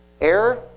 Air